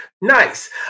Nice